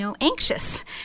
anxious